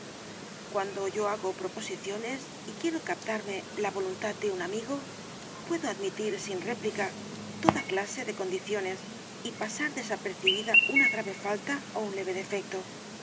cuando yo hago proposiciones y quiero captarme la voluntad de un amigo puedo admitir sin réplica toda clase de condiciones y pasar desapercibida una grave falta ó un leve defecto